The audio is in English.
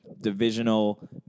divisional